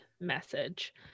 message